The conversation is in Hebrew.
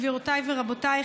גבירותיי ורבותיי,